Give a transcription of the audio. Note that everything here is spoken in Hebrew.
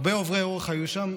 הרבה עוברי אורח היו שם,